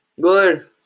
Good